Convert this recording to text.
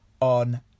on